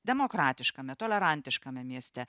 demokratiškame tolerantiškame mieste